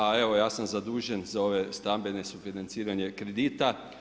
A evo ja sam zadužen za ove stambene, sufinanciranje kredita.